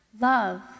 Love